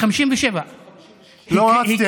57. לא רצתי,